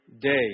day